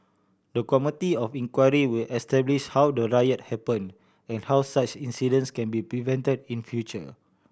the committee of inquiry will establish how the riot happened and how such incidents can be prevented in future